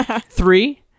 Three